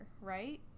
right